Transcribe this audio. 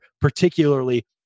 particularly